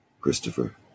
Christopher